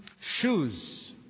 Shoes